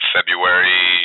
February